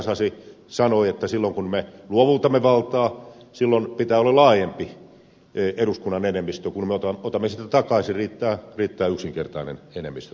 sasi sanoi silloin kun me luovutamme valtaa silloin pitää olla laajempi eduskunnan enemmistö kun me otamme sitä takaisin riittää yksinkertainen enemmistö